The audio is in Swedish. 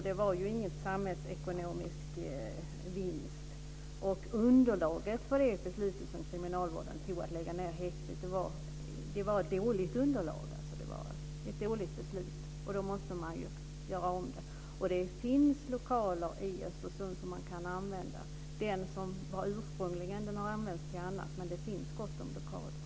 Det var ingen samhällsekonomisk vinst. Det underlag som kriminalvården hade för sitt beslut att lägga ned häktet var dåligt. Då måste man ju göra om det. Det finns lokaler i Östersund som går att använda. Den ursprungliga lokalen används till annat, men det finns gott om lokaler.